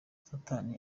satani